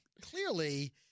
clearly